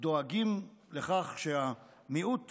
דואגים לכך שהמיעוט